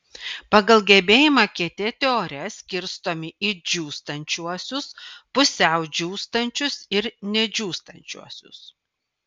pagal gebėjimą kietėti ore skirstomi į džiūstančiuosius pusiau džiūstančius ir nedžiūstančiuosius